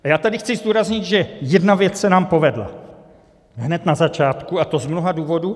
A já tady chci zdůraznit, že jedna věc se nám povedla hned na začátku, a to z mnoha důvodů.